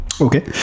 okay